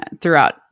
throughout